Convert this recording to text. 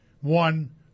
one